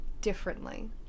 differently